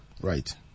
Right